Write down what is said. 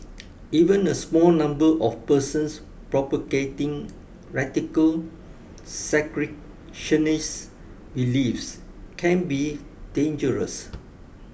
even a small number of persons propagating radical segregationist beliefs can be dangerous